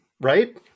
Right